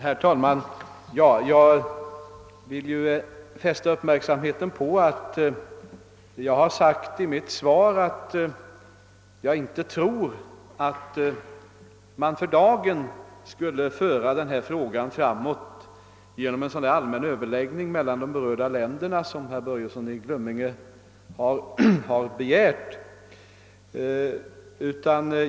Herr talman! Jag vill fästa uppmärk samheten på att jag i mitt svar framhållit att jag inte tror att frågan för dagen skulle föras framåt genom en sådan allmän överläggning mellan de berörda länderna som herr Börjesson i Glömminge begärt.